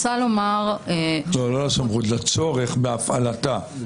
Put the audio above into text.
לא לסמכות אלא לצורך בהפעלתה בהקשר הזה.